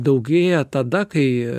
daugėja tada kai